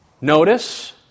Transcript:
notice